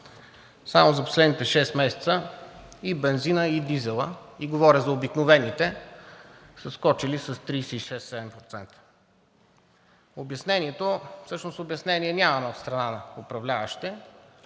Само за последните шест месеца и бензинът, и дизелът, говоря за обикновените, са скочили с 36 – 37%. Обяснението, всъщност обяснение нямаме от страна на управляващите,